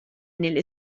nelle